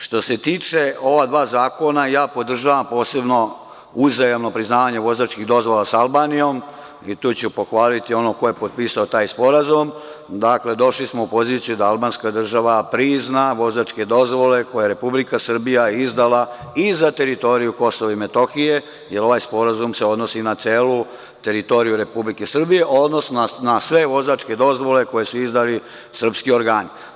Što se tiče ova dva zakona, podržavam posebno uzajamno priznavanje vozačkih dozvola sa Albanijom i tu ću pohvaliti onoga ko je pisao taj sporazum. dakle, došli smo u poziciju da Albanija prizna vozačke dozvole koje Republika Srbija izdaje i za teritoriju KiM jer se ovaj sporazum odnosi na celu teritoriju Republike Srbije, odnosno na sve vozačke dozvole koje su izdali srpski organi.